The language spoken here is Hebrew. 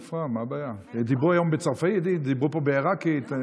דיברו היום בצרפתית, דיברו פה בעיראקית.